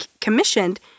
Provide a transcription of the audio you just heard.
commissioned